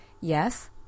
Yes